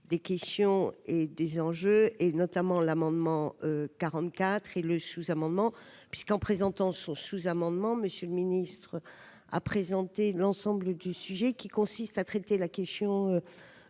des questions et des enjeux, et notamment l'amendement 44 et le sous-amendement puisqu'en présentant son sous-amendement, monsieur le ministre, a présenté l'ensemble du sujet qui consiste à traiter la question